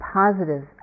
positive